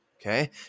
Okay